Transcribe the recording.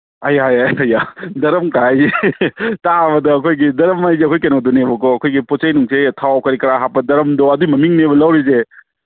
ꯑꯌꯥ ꯑꯌꯥ ꯗꯔꯝ ꯀꯥꯏꯁꯦ ꯇꯥꯕꯗ ꯑꯩꯈꯣꯏꯒꯤ ꯗꯔꯝ ꯍꯥꯏꯁꯦ ꯑꯩꯈꯣꯏꯒꯤ ꯀꯩꯅꯣꯗꯨꯅꯤꯕꯀꯣ ꯑꯩꯈꯣꯏꯒꯤ ꯄꯣꯠ ꯆꯩ ꯅꯨꯡꯆꯩ ꯊꯥꯎ ꯀꯔꯤ ꯀꯔꯥ ꯍꯥꯞꯄ ꯗꯔꯝꯗꯣ ꯑꯗꯨꯏ ꯃꯃꯤꯡꯅꯦꯕ ꯂꯧꯔꯤꯁꯦ